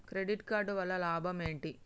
Credit card వల్ల లాభం ఏంటి?